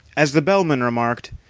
as the bellman remarked,